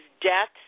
deaths